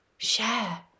share